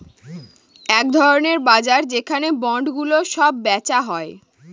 এক ধরনের বাজার যেখানে বন্ডগুলো সব বেচা হয়